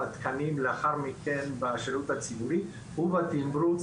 בתקנים לאחר מכן בשירות הציבורי ובתמרוץ